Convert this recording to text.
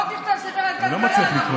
בוא תכתוב ספרי כלכלה.